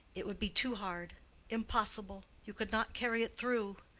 it would be too hard impossible you could not carry it through.